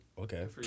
Okay